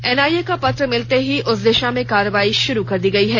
NIA का पत्र मिलते ही उस दिशा में कार्रवाई शुरू कर दी गई है